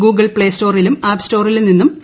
Google play സ്റ്റോറിലും app സ്റ്റോറിലും നിന്നും പി